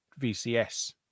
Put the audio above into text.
vcs